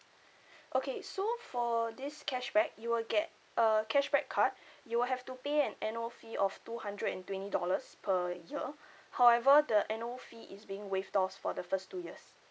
okay so for this cashback you will get a cashback card you will have to pay an annual fee of two hundred and twenty dollars per year however the annual fee is being waived off for the first two years